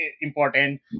important